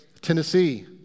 Tennessee